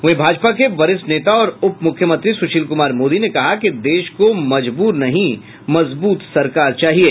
वहीं भाजपा के वरिष्ठ नेता और उप मुख्यमंत्री सुशील कुमार मोदी ने कहा कि देश को मजबूर नहीं मजबूत सरकार चाहिये